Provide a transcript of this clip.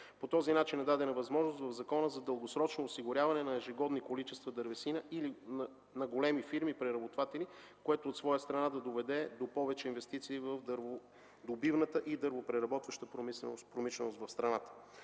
По този начин в закона е дадена възможност за дългосрочно осигуряване на ежегодни количества дървесина и на големи фирми преработватели, което от своя страна да доведе до повече инвестиции в дърводобивната и в дървопреработващата промишленост в страната.